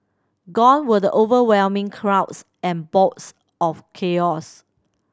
gone were the overwhelming crowds and bouts of chaos